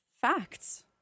facts